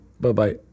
Bye-bye